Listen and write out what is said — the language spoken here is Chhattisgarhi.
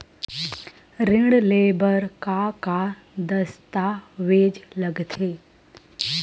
ऋण ले बर का का दस्तावेज लगथे?